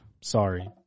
sorry